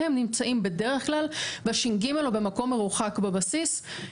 והם נמצאים בדרך כלל בש"ג או במקום מרוחק בבסיס.